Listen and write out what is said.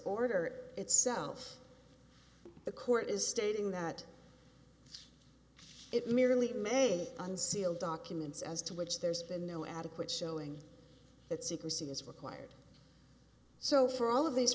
order itself the court is stating that it merely may unseal documents as to which there's been no adequate showing that secrecy is required so for all of these